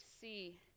see